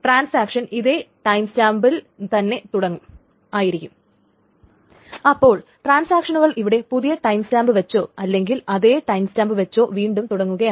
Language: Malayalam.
ട്രാൻസാക്ഷൻ ഇതേ ടൈം സ്റ്റാമ്പിൽ തന്നെ തുടങ്ങും ആയിരിക്കും അപ്പോൾ ട്രാൻസാക്ഷനുകൾ ഇവിടെ പുതിയ ടൈം സ്റ്റാമ്പ് വച്ചോ അല്ലെങ്കിൽ അതേ ടൈംസ്റ്റാമ്പ് വച്ചോ വീണ്ടും തുടങ്ങുകയാണ്